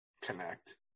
connect